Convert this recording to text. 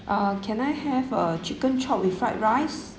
ah can I have a chicken chop with fried rice